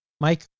Mike